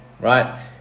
right